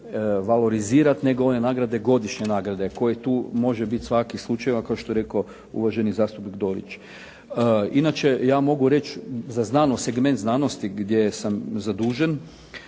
valorizirati nego one nagrade, godišnje nagrade kojih tu može biti svakakvih slučajeva kao što je rekao uvaženi zastupnik Dorić. Inače ja mogu reći za znanost, segment znanosti gdje sam zadužen